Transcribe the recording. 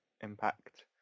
impact